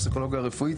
הפסיכולוגיה הרפואית,